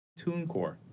TuneCore